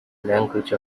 language